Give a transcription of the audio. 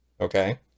Okay